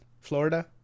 florida